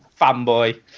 fanboy